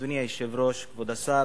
אדוני היושב-ראש, כבוד השר,